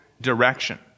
direction